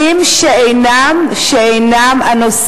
ונושאים שאינם הנושא,